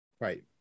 Right